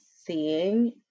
seeing